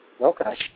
Okay